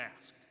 asked